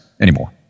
anymore